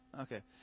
Okay